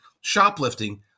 shoplifting